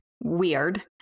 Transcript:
Weird